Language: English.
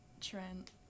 Trent